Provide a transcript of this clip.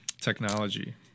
technology